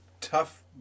tough